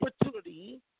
opportunity